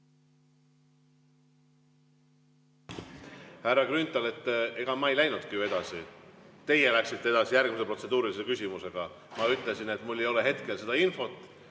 Härra Grünthal, ma ei läinudki ju edasi. Teie läksite edasi, järgmise protseduurilise küsimusega. Ma ütlesin, et mul hetkel seda infot